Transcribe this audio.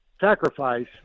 sacrifice